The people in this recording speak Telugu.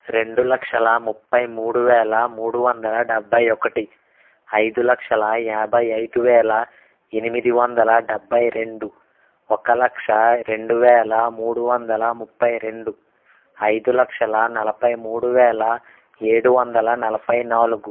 రెండు లక్షల ముప్పై మూడు వేల మూడు వందల డెబ్భై ఒకటి ఐదు లక్షల యాభై ఐదు వేల ఎనిమిది వందల డెబ్భై రెండు ఒక లక్ష రెండు వేల మూడు వందల ముప్పై రెండు ఐదు లక్షల నలపై మూడు వేల ఏడు వందల నలపై నాలుగు